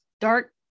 dark